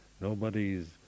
nobody's